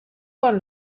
con